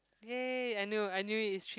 !yay! I knew I knew it's three